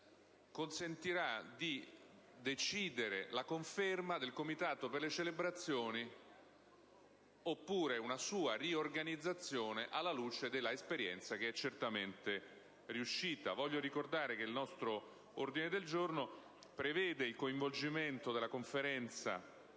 riformulato, di decidere la conferma del Comitato nazionale per le iniziative oppure una sua riorganizzazione, alla luce dell'esperienza, che è certamente riuscita. Voglio ricordare che il testo in questione prevede il coinvolgimento della Conferenza